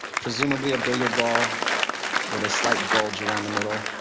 presumably a billiard ball with a slight bulge around the middle.